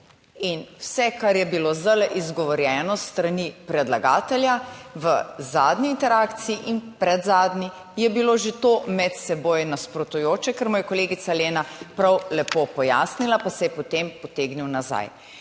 In vse, kar je bilo zdajle izgovorjeno s strani predlagatelja v zadnji interakciji in predzadnji, je bilo že to med seboj nasprotujoče, kar mu je kolegica Lena prav lepo pojasnila pa se je potem potegnil nazaj.